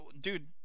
Dude